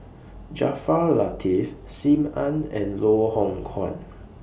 Jaafar Latiff SIM Ann and Loh Hoong Kwan